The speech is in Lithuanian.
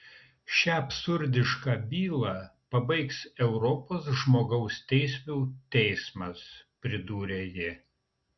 šią absurdišką bylą pabaigs europos žmogaus teisių teismas pridūrė ji